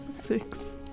Six